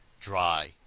dry